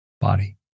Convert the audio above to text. body